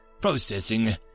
Processing